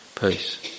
Peace